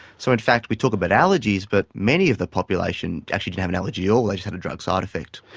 so in fact we talk about allergies but many of the population actually didn't have an allergy at all, they just had a drug side effect.